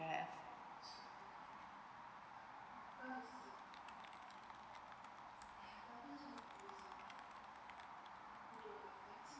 you have